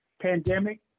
pandemic